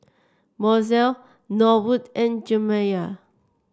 Mozell Norwood and Jeremiah